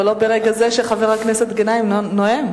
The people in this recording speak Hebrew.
אבל לא ברגע זה שחבר הכנסת גנאים נואם.